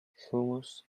hummus